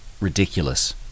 ridiculous